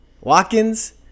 Watkins